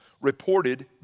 reported